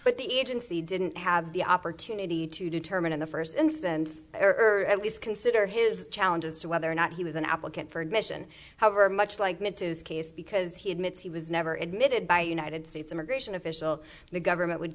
but the agency didn't have the opportunity to determine in the first instance the earliest consider his challenge as to whether or not he was an applicant for admission however much like mit is case because he admits he was never admitted by united states immigration official the government would